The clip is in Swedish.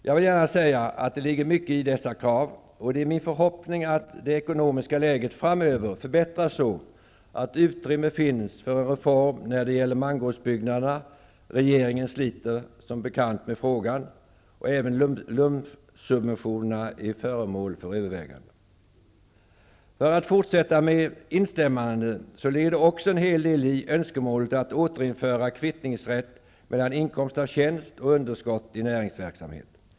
Jag vill gärna säga att det ligger mycket i dessa krav, och det är min förhoppning att det ekonomiska läget framöver förbättras så att utrymme finns för en reform när det gäller mangårdsbyggnaderna. Regeringen sliter som bekant med frågan. Även lunchsubventionerna är föremål för övervägande. För att fortsätta med instämmanden vill jag säga att det också ligger en hel del i önskemålet att återinföra kvittningsrätt mellan inkomst av tjänst och underskott i näringsverksamhet.